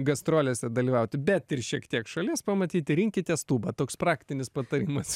gastrolėse dalyvauti bet ir šiek tiek šalies pamatyti rinkitės tūbą toks praktinis patarimas